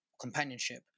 companionship